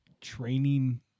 Training